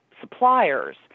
suppliers